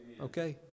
okay